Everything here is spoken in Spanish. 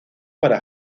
para